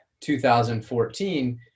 2014